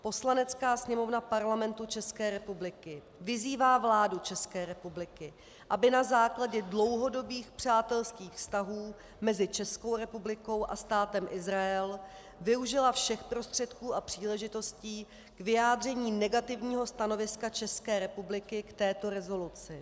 Poslanecká sněmovna Parlamentu České republiky vyzývá vládu České republiky, aby na základě dlouhodobých přátelských vztahů mezi Českou republikou a Státem Izrael využila všech prostředků a příležitostí k vyjádření negativního stanoviska České republiky k této rezoluci.